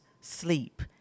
sleep